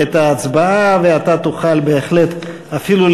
ההצבעה היא רק